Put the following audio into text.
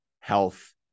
health